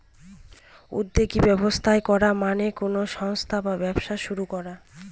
উদ্যোগী ব্যবস্থা করা মানে কোনো সংস্থা বা ব্যবসা শুরু করা